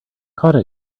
caught